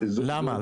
למה?